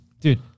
dude